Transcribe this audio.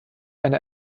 eine